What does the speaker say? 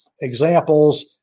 examples